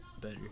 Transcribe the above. better